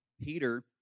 Peter